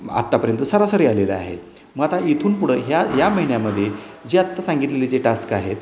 आत्तापर्यंत सरासरी आलेला आहे मग आता इथून पुढं ह्या या महिन्यामध्ये जे आत्ता सांगितलेले जे टास्क आहेत